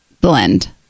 blend